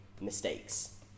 mistakes